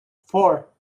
four